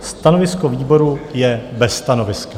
Stanovisko výboru je bez stanoviska.